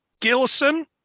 Gilson